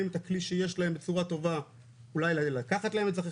את הכלי שיש להם בצורה טובה אולי לקחת להם את זה אחרי